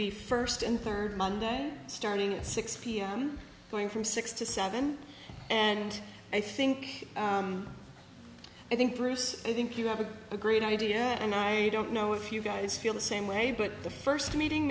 be first and third monday starting at six pm going from six to seven and i think i think bruce i think you have a great idea and i don't know if you guys feel the same way but the first meeting